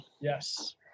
Yes